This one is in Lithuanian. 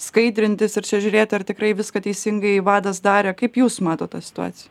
skaidrintis ir čia žiūrėti ar tikrai viską teisingai vadas darė kaip jūs matot tą situaciją